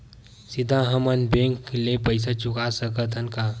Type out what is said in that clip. सीधा हम मन बैंक ले पईसा चुका सकत हन का?